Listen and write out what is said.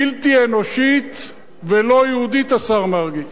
בלתי אנושית ולא יהודית, השר מרגי.